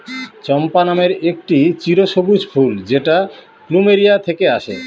চম্পা নামের একটি চিরসবুজ ফুল যেটা প্লুমেরিয়া থেকে আসে